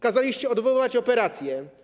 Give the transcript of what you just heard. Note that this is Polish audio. Kazaliście odwołać operacje.